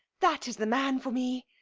that is the man for me,